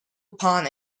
upon